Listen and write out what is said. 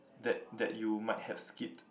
that that you might have skipped